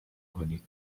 کنید